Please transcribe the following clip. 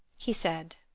he said.